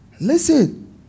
Listen